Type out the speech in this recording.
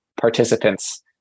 participants